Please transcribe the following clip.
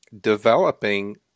developing